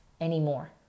anymore